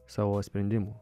savo sprendimu